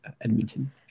Edmonton